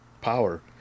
power